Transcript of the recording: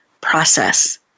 process